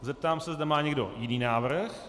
Zeptám se, zda má někdo jiný návrh.